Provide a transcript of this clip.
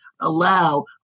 allow